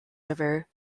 river